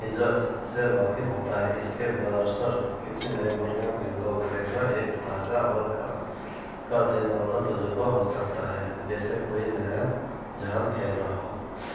ہجرات سے واقف ہوتا ہے اس کے بر اثر کسی نئے مرغ میں پرندوں کو دیکھنا ایک تازہ اور حیرت کر دینے والا تجربہ ہو سکتا ہے جیسے کوئی نیا جہان کھیل رہا ہو